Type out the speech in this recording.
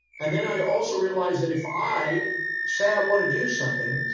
and then i also realized that if i say, i want to do something,